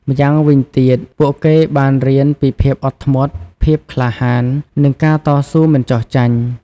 ម្យ៉ាងវិញទៀត ពួកគេបានរៀនពីភាពអត់ធ្មត់ ភាពក្លាហាន និងការតស៊ូមិនចុះចាញ់។